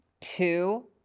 two